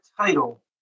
title